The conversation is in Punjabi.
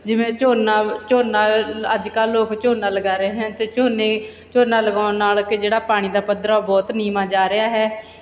ਜਿਵੇਂ ਝੋਨਾ ਝੋਨਾ ਅੱਜ ਕੱਲ੍ਹ ਲੋਕ ਝੋਨਾ ਲਗਾ ਰਹੇ ਹਨ ਅਤੇ ਝੋਨੇ ਝੋਨਾ ਲਗਾਉਣ ਨਾਲ ਕਿ ਜਿਹੜਾ ਪਾਣੀ ਦਾ ਪੱਧਰ ਆ ਉਹ ਬਹੁਤ ਨੀਵਾਂ ਜਾ ਰਿਹਾ ਹੈ